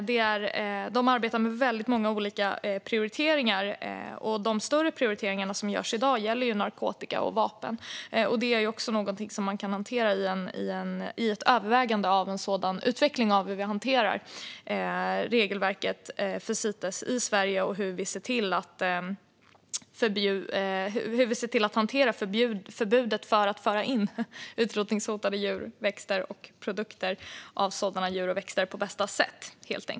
De arbetar med väldigt många olika prioriteringar, och de större prioriteringar som görs i dag gäller narkotika och vapen. Det är också någonting man kan hantera i ett övervägande gällande utvecklingen för hur vi hanterar regelverket för Cites i Sverige och hur vi ser till att på bästa sätt hantera förbudet mot att föra in utrotningshotade djur och växter samt produkter av sådana djur och växter.